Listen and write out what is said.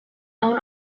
own